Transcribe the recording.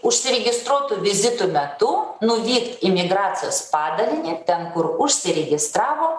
užsiregistruoto vizito metu nuvykt į migracijos padalinį ten kur užsiregistravo